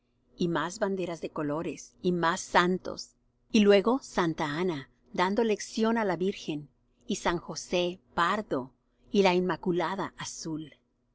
y más banderas de colores y más santos y luego santa ana dando lección á la virgen y san josé pardo y la inmaculada azul